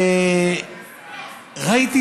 וראיתי